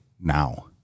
now